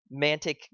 Mantic